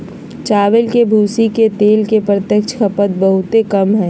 चावल के भूसी के तेल के प्रत्यक्ष खपत बहुते कम हइ